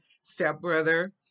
stepbrother